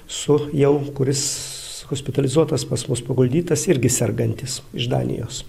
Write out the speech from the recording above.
su jau kuris hospitalizuotas pas mus paguldytas irgi sergantis iš danijos